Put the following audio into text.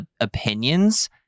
opinions